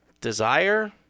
desire